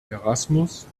erasmus